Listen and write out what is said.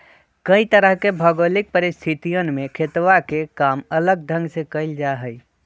कई तरह के भौगोलिक परिस्थितियन में खेतवा के काम अलग ढंग से कइल जाहई